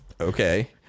Okay